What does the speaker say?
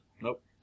Nope